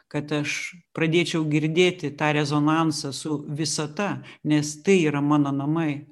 kad aš pradėčiau girdėti tą rezonansą su visata nes tai yra mano namai